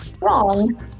wrong